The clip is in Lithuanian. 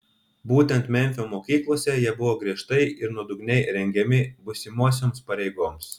būtent memfio mokyklose jie buvo griežtai ir nuodugniai rengiami būsimosioms pareigoms